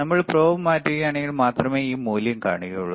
നമ്മൾ probe മാറ്റുകയാണെങ്കിൽ മാത്രമേ ഈ മൂല്യം കാണൂ